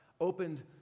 opened